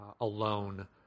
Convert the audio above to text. alone